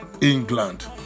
England